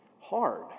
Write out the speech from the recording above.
hard